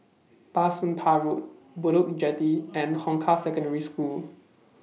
Bah Soon Pah Road Bedok Jetty and Hong Kah Secondary School